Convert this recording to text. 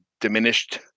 diminished